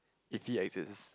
it free accesses